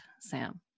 Sam